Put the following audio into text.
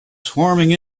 swarming